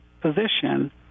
position